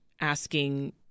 asking